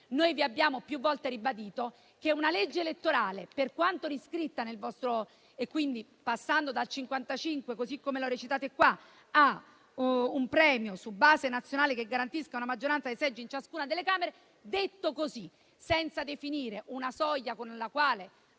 Noi vi abbiamo più volte ribadito che una legge elettorale, per quanto riscritta e quindi passando dal 55 per cento - così come lo recitate qua - a un premio su base nazionale che garantisca una maggioranza dei seggi in ciascuna delle Camere, detto così, senza definire una soglia sulla base